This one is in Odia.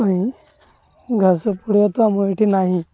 ପାଇଁ ଘାସ ଥୋଡ଼େ ତ ଆମ ଏଠି ନାହିଁ